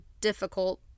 difficult